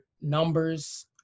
numbers